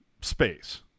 space